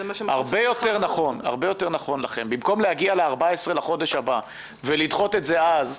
הרבה יותר נכון לכם במקום להגיע ל-14 בחודש הבא ולדחות את זה אז,